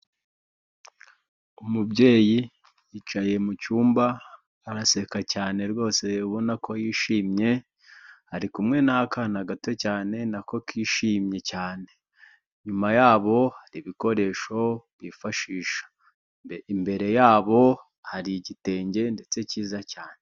Umubyeyi yicaye mu cyumba araseka cyane rwose ubona ko yishimye, ari kumwe n'akana gato cyane nako kishimye cyane, inyuma yabo hari ibikoresho bifashisha, imbere yabo hari igitenge ndetse cyiza cyane.